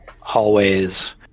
hallways